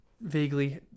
vaguely